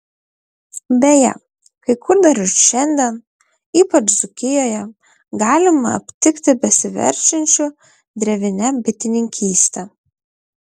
beje kai kur dar ir šiandien ypač dzūkijoje galima aptikti besiverčiančių drevine bitininkyste